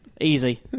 Easy